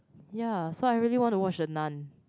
ya so I really want to watch the nun